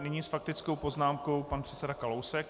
Nyní s faktickou poznámkou pan předseda Kalousek.